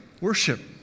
worship